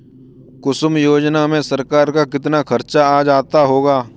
कुसुम योजना में सरकार का कितना खर्चा आ जाता होगा